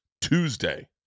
Tuesday